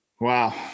Wow